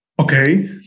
Okay